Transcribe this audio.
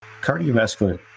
Cardiovascular